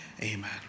amen